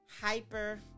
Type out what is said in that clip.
hyper